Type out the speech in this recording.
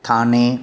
थाने